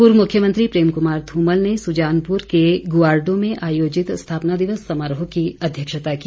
पूर्व मुख्यमंत्री प्रेम कुमार धूमल ने सुजानपुर के गुआरडू में आयोजित स्थापना दिवस समारोह की अध्यक्षता की